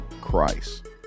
Christ